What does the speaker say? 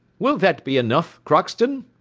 will that be enough, crockston?